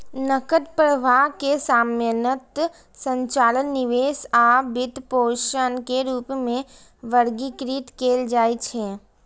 नकद प्रवाह कें सामान्यतः संचालन, निवेश आ वित्तपोषण के रूप मे वर्गीकृत कैल जाइ छै